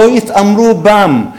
שלא יתעמרו בם.